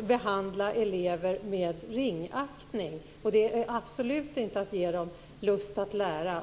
behandla eleverna med ringaktning. Det är absolut inte att ge dem lust att lära.